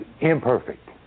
imperfect